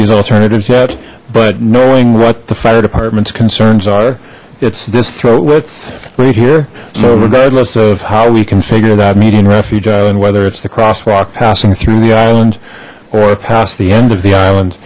these alternatives yet but knowing what the fire department's concerns are it's this throat with right here know regardless of how we configure that median refuge oh and whether it's the crosswalk passing through the island or past the end of the island